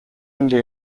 only